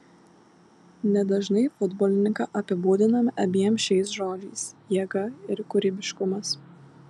nedažnai futbolininką apibūdiname abiem šiais žodžiais jėga ir kūrybiškumas